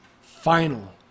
final